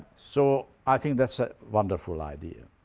so i think that's a wonderful idea.